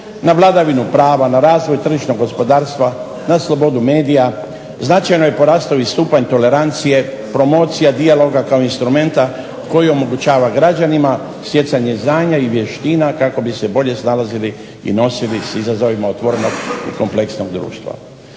na vladavinu prava, na razvoj tržišnog gospodarstva, na slobodu medija, značajno je porastao i stupanj tolerancije, promocija dijaloga kao instrumenta koji omogućava građanima stjecanje znanja i vještina kako bi se bolje snalazili i nosili s izazovima otvorenog i kompleksnog društva.